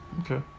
Okay